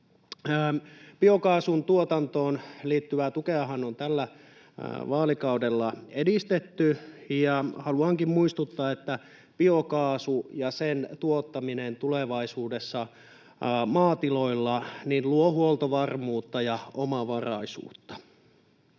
Biokaasun tuotantoon liittyvää tukeahan on tällä vaalikaudella edistetty. Haluankin muistuttaa, että biokaasu ja sen tuottaminen tulevaisuudessa maatiloilla luo huoltovarmuutta ja omavaraisuutta.